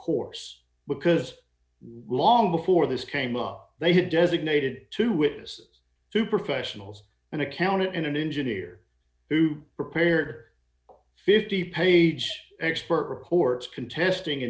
course because long before this came up they had designated two witnesses to professionals an accountant in an engineer who prepared fifty page expert reports contesting